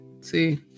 See